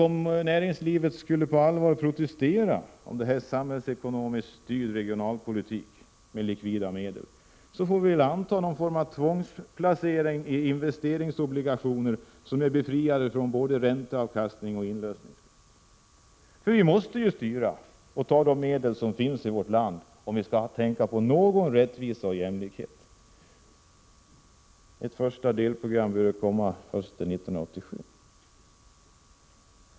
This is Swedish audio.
Om näringslivet skulle på allvar protestera mot en samhällsekonomiskt styrd regionalpolitik, får vi väl införa någon form av tvångsplacering i investeringsobligationer som är befriade från både ränteavkastning och inlösningsplikt. Vi måste ju styra och ta de medel som finns i vårt land, om vi skall få någon rättvisa och jämlikhet. Ett första delprogram bör komma hösten 1987.